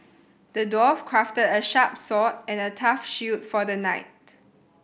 the dwarf crafted a sharp sword and a tough shield for the knight